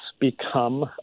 become